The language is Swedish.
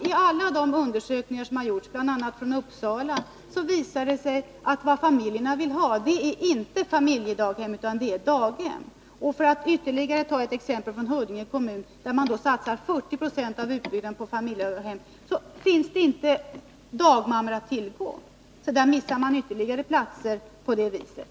I alla de undersökningar som gjorts, bl.a. i Uppsala, har det visat sig att vad familjerna vill ha är inte familjedaghem utan daghem. För att ta ännu ett exempel från Huddinge kommun kan jag nämna att man där satsar 40 26 av utbyggnaden inom barnomsorgen på familjedaghem. Men det finns inte dagmammor att tillgå. Man missar alltså ytterligare barnomsorgsplatser på det viset.